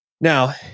Now